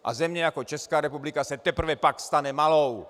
A země jako Česká republika se teprve pak stane malou.